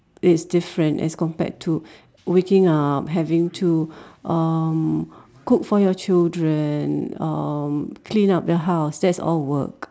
it is different as compared to waking up having to um cook for your children um clean up the house that's all work